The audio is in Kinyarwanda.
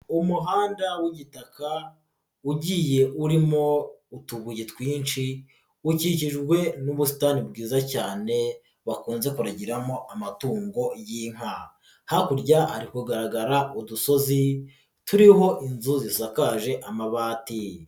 Umuhanda w'igitaka ugiye urimo utubuye twinshi ukikijwe n'ubusitani bwiza cyane bakunze kuragiramo amatungo y'inka, hakurya ari kugaragara udusozi turiho inzu zisakaje amabati.